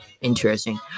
interesting